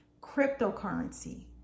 cryptocurrency